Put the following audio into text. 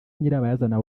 nyirabayazana